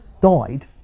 died